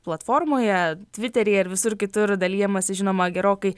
platformoje tviteryje ir visur kitur dalijamasi žinoma gerokai